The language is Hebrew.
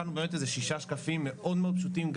הכנו שישה שקפים מאוד מאוד פשוטים,